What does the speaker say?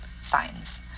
signs